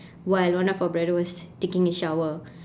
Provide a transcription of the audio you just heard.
while one of our brother was taking a shower